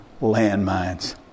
landmines